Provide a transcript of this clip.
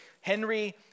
Henry